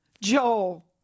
Joel